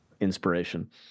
inspiration